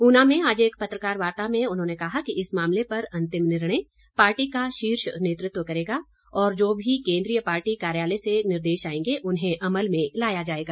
उना में आज एक पत्रकार वार्ता में उन्होंने कहा कि इस मामले पर अंतिम निर्णय पार्टी का शीर्ष नेतृत्व करेगा और जो भी केन्द्रीय पार्टी कार्यालय से निर्देश आएंगे उन्हें अमल में लाया जाएगा